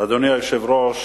שזה רמזור או אפילו הייתי אומר,